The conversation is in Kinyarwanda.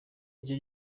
icyo